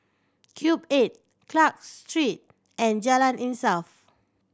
Cube Eight Clarke Street and Jalan Insaf